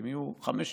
אם יהיו חמש שאילתות,